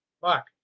Fuck